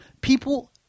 people